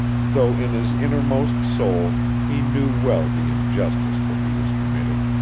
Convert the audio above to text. though in his innermost soul he knew well the injustice that he was committing.